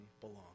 belong